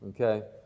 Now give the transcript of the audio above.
Okay